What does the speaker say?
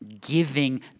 giving